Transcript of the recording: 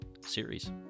series